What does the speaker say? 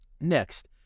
Next